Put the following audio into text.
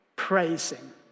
Praising